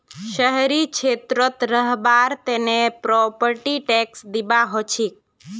शहरी क्षेत्रत रहबार तने प्रॉपर्टी टैक्स दिबा हछेक